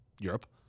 Europe